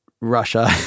Russia